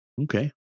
okay